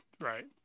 Right